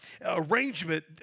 arrangement